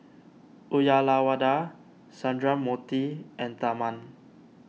Uyyalawada Sundramoorthy and Tharman